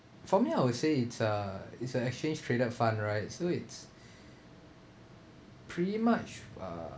for me I would say it's a it's a exchange traded fund right so it's pretty much uh